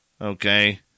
Okay